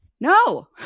No